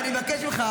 אני מבקש ממך.